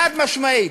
חד-משמעית.